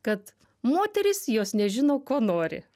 kad moterys jos nežino ko nori